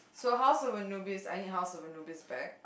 so House-of-Anubis I need House-of-Anubis back